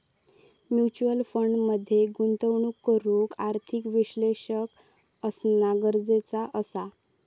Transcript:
mutual fund मध्ये गुंतवणूक करूक आर्थिक विश्लेषक असना गरजेचा असा